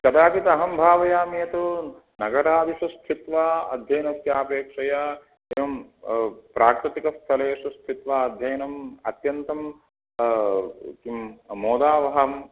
कदापि अहं भावयामि यतो नगरादिषु स्थित्वा अध्ययनस्यापेक्षया एवं प्राकृतिकस्थलेषु स्थित्वा अध्ययनम् अत्यन्तं किं मोदावहम्